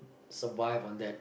survive on that